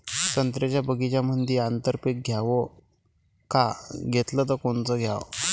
संत्र्याच्या बगीच्यामंदी आंतर पीक घ्याव का घेतलं च कोनचं घ्याव?